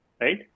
right